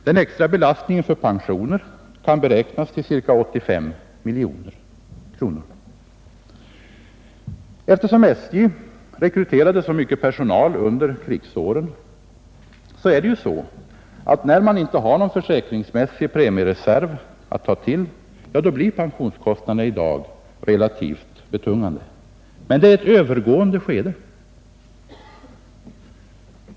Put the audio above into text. Den extra belastningen för pensioner kan beräknas till ca 85 miljoner kronor. SJ rekryterade mycket personal under krigsåren, och när man inte har någon försäkringsmässig premiereserv att ta till, blir pensionskostnaderna i dag relativt betungande. Men det är ett övergående skede.